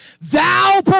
Thou